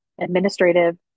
administrative